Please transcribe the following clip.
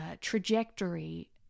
trajectory